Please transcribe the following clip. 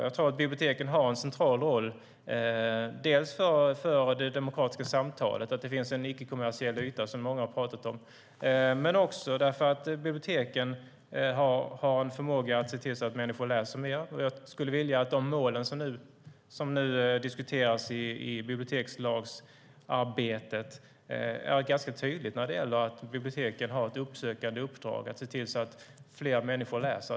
Jag tror att biblioteken har en central roll för det demokratiska samtalet och att det är viktigt att det finns en icke kommersiell yta, som många har pratat om. Biblioteken har en förmåga att få människor att läsa mer. Jag skulle vilja att de mål som nu diskuteras i bibliotekslagsarbetet är tydliga när det gäller att biblioteken har ett uppsökande uppdrag att se till att fler människor läser.